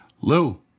Lou